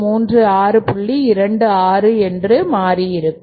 26 என்று மாறிக் இருக்கும்